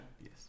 Yes